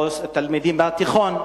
או תלמידים בתיכון,